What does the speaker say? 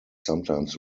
sometimes